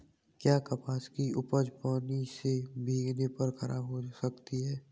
क्या कपास की उपज पानी से भीगने पर खराब हो सकती है?